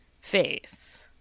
faith